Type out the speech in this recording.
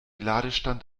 ladestand